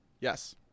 Yes